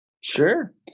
Sure